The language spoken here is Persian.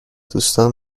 دوستام